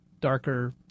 darker